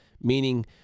meaning